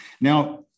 Now